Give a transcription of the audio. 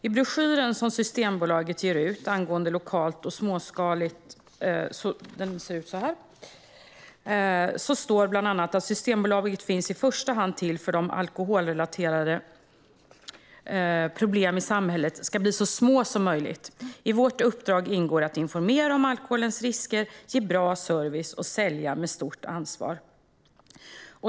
I broschyren som Systembolagets ger ut angående lokalt och småskaligt står det bland annat: "Systembolaget finns i första hand till för att de alkoholrelaterade problemen i samhället ska bli så små som möjligt. I vårt uppdrag ingår att informera om alkoholens risker, ge bra service och sälja med ansvar."